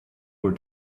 were